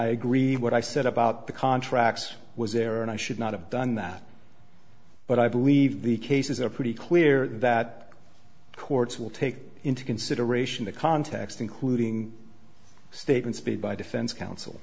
i agree what i said about the contracts was error and i should not have done that but i believe the cases are pretty clear that courts will take into consideration the context including statements made by defense counsel